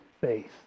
faith